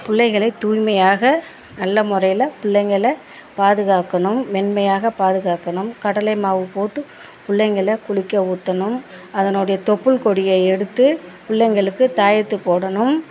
பிள்ளைகளை தூய்மையாக நல்ல முறையில பிள்ளைங்கள பாதுகாக்கணும் மென்மையாக பாதுகாக்கணும் கடலை மாவு போட்டு பிள்ளைங்கள குளிக்க ஊற்றணும் அதனுடைய தொப்புள் கொடியை எடுத்து பிள்ளைங்களுக்கு தாயத்து போடணும்